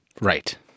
Right